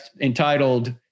entitled